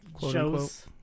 shows